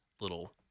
little